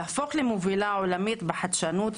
להפוך למובילה עולמית בחדשנות,